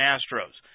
Astros